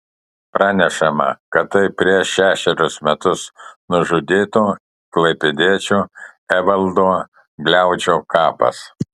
pranešama kad tai prieš šešerius metus nužudyto klaipėdiečio evaldo gliaudžio kapas